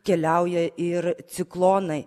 keliauja ir ciklonai